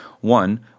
One